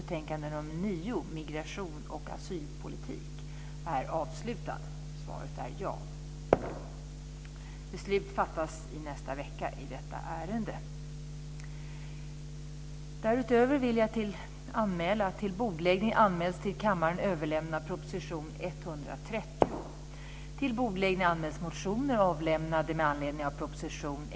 Jag tycker att debatten och det material vi har fått i utskottet har fört frågan framåt.